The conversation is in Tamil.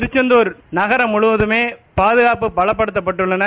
திருச்செந்தர் நகரம் முழுவதமே பாதுகாப்பு பலப்படுத்தப்பட்டுள்ளன